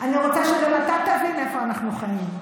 אני רוצה שגם אתה תבין איפה אנחנו חיים.